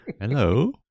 Hello